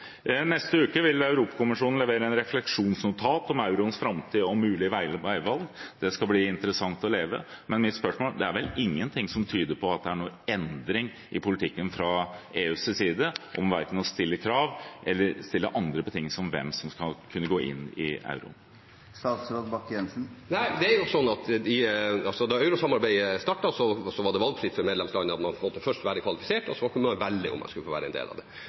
Neste uke vil Europakommisjonen levere et refleksjonsnotat om euroens framtid, og om mulige veivalg. Det skal bli interessant å lese. Men mitt spørsmål er: Det er vel ingenting som tyder på at det er noen endring i politikken fra EUs side om verken å stille krav eller stille andre betingelser om hvem som skal kunne gå inn i euroen? Da eurosamarbeidet startet, var det valgfritt for medlemslandene. Man måtte først være kvalifisert, og så kunne man velge om man skulle være en del av det. Så sa man ved utvidelsen, da de nye landene kom inn sist, at det var et krav om at man skulle delta i eurosamarbeidet. Det